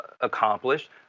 accomplished